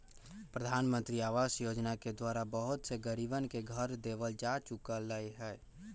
प्रधानमंत्री आवास योजना के द्वारा बहुत से गरीबन के घर देवल जा चुक लय है